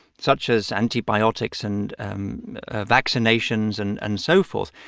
such as antibiotics and vaccinations and and so forth,